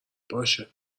باشه